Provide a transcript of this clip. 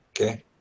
Okay